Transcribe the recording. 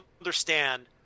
understand